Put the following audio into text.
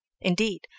indeed